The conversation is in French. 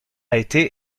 été